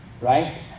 right